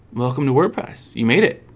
welcome to wordpress you made it